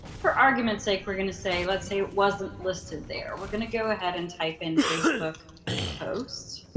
for argument's sake, we're gonna say, let's say it wasn't listed there. we're gonna go ahead and type in facebook post